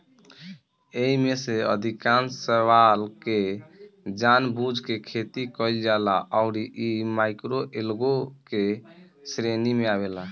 एईमे से अधिकांश शैवाल के जानबूझ के खेती कईल जाला अउरी इ माइक्रोएल्गे के श्रेणी में आवेला